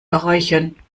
erreichen